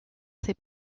ses